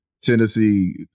Tennessee